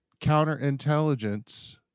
Counterintelligence